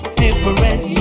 different